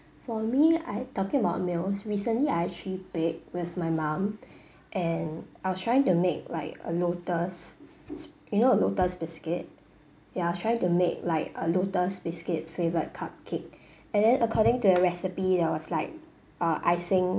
for me I talking about meals recently I actually baked with my mom and I was trying to make like a lotus it's you know a lotus biscuit ya try to make like a lotus biscuit flavoured cupcake and then according to a recipe that was like err icing